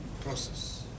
process